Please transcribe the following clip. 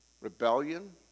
Rebellion